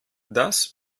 das